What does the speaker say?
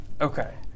Okay